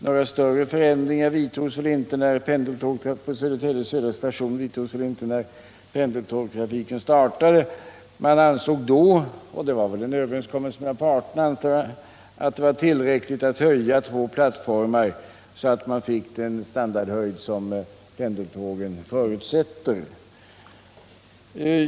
Några större förändringar företogs inte på Södertälje Södra station när pendeltågstrafiken startade. Man ansåg då —- och det var en överenskommelse mellan parterna, antar jag — att det var tillräckligt att höja två plattformar till den standardhöjd som pendeltågen förutsätter.